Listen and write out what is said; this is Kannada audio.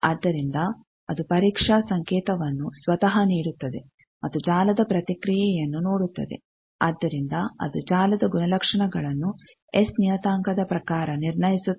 ಆದ್ದರಿಂದ ಅದು ಪರೀಕ್ಷಾ ಸಂಕೇತವನ್ನು ಸ್ವತಃ ನೀಡುತ್ತದೆ ಮತ್ತು ಜಾಲದ ಪ್ರತಿಕ್ರಿಯೆಯನ್ನು ನೋಡುತ್ತದೆ ಅದರಿಂದ ಅದು ಜಾಲದ ಗುಣಲಕ್ಷಣಗಳನ್ನು ಎಸ್ ನಿಯತಾಂಕದ ಪ್ರಕಾರ ನಿರ್ಣಯಿಸುತ್ತದೆ